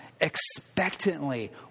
expectantly